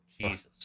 Jesus